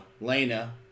Lena